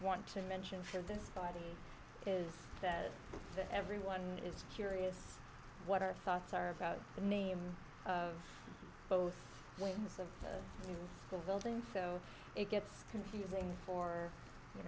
want to mention for this body is that everyone is curious what our thoughts are about the name of both wings of the building so it gets confusing for you